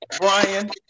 Brian